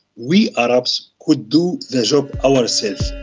we arabs could do the job ourselves.